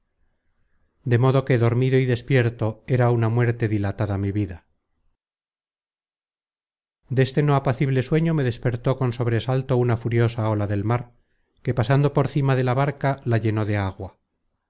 de modo que dormido y despierto era una muerte dilatada mi vida content from google book search generated at deste no apacible sueño me despertó con sobresalto una furiosa ola del mar que pasando por cima de la barca la lleno de agua